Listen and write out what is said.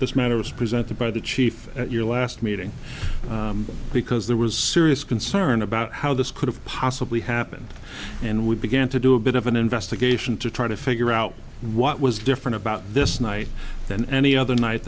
this matter was presented by the chief your last meeting because there was serious concern about how this could have possibly happened and we began to do a bit of an investigation to try to figure out what was different about this night than any other night